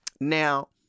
Now